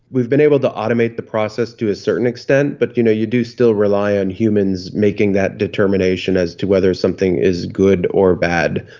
we've been able to automate the process to a certain extent, but you know you do still rely on humans making that determination as to whether something is good or bad.